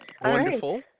Wonderful